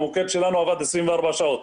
המוקד שלנו עבד 24 שעות